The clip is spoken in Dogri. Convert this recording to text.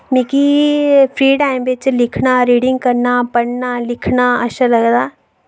मिकी फ्री टाइम बिच लिखना रीडिंग करना पढ़ना लिखना अच्छा लगदा